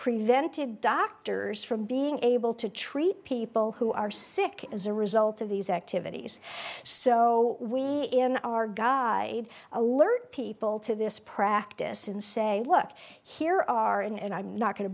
prevented doctors from being able to treat people who are sick as a result of these activities so we in our god alert people to this practice and say look here are and i'm not going to